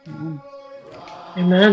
Amen